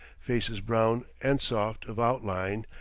faces brown and soft of outline,